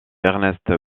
ernest